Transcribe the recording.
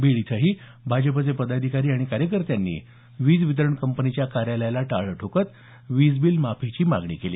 बीड इथंही भाजपच्या पदाधिकारी आणि कार्यकर्त्यांनी वीज वितरण कंपनीच्या कार्यालयाला टाळं ठोकत वीजबिल माफीची मागणी केली